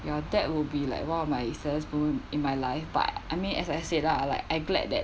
ya that would be like one of my saddest moment in my life but I mean as I said lah like I glad that